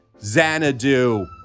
xanadu